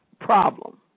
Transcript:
problem